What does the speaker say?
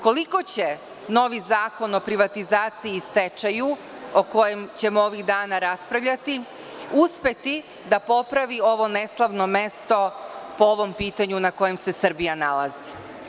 Koliko će novi zakon o privatizaciji i stečaju, o kojem ćemo ovih dana raspravljati, uspeti da popravi ovo neslavno mesto po ovom pitanju na kojem se Srbija nalazi?